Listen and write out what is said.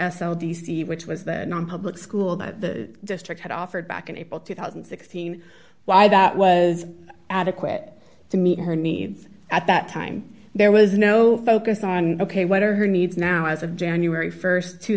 why d c which was the public school that the district had offered back in april two thousand and sixteen why that was adequate to meet her needs at that time there was no focus on ok what are her needs now as of january st two